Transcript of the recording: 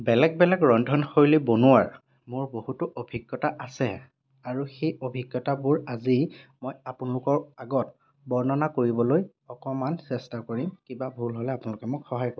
বেলেগ বেলেগ ৰন্ধনশৈলী বনোৱাৰ মোৰ বহুতো অভিজ্ঞতা আছে আৰু সেই অভিজ্ঞতাবোৰ আজি মই আপোনালোকৰ আগত বৰ্ণনা কৰিবলৈ অকণমান চেষ্টা কৰিম কিবা ভুল হ'লে আপোনালোকে মোক সহায় কৰিব